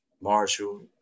Marshall